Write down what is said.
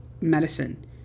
medicine